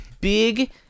Big